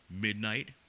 Midnight